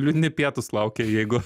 liūdni pietūs laukia jeigu